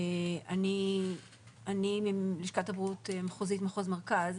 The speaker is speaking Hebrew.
אני מלשכת הבריאות מחוזית, מחוז מרכז,